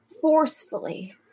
forcefully